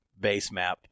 Basemap